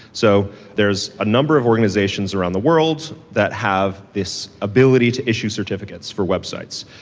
so there's a number of organizations around the world's that have this ability to issue certificates for websites,